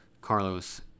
Carlos